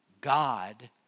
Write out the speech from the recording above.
God